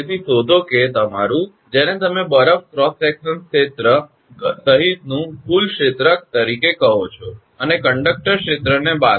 તેથી શોધો કે તમારું જેને તમે બરફ ક્રોસ સેકશન ક્ષેત્ર સહિતનું કુલ ક્ષેત્ર તરીકે કહો છો અને કંડકટર ક્ષેત્રને બાદ કરો